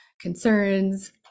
concerns